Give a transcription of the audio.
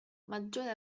maggiore